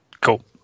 Cool